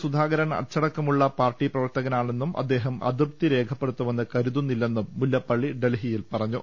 സുധാകരൻ അച്ചടക്കമുള്ള പാർട്ടി പ്രവർത്തകനാണെന്നും അദ്ദേഹം അതൃപ്തി രേഖപ്പെടു ത്തുമെന്ന് കരുതുന്നില്ലെന്നും മുല്ലപ്പള്ളി ഡൽഹിയിൽ പറഞ്ഞു